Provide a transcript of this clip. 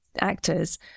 actors